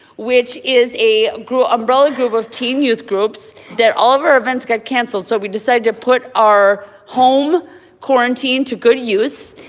which is a umbrella group of teen youth groups that all of our events got canceled. so we decided to put our home quarantine to good use.